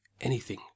Anything